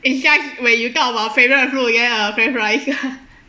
it's just when you talk about favourite food ya french fries ya